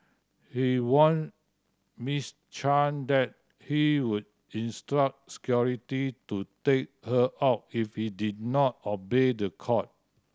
he warned Miss Chan that he would instruct security to take her out if she did not obey the court